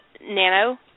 Nano